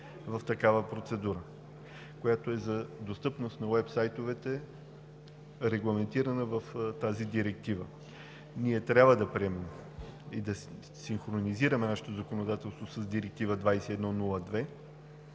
в такава процедура, която е за достъпност на уебсайтовете, регламентирана в тази директива. Ние трябва да приемем и да синхронизираме нашето законодателство с Директива 2102,